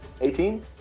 18